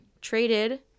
traded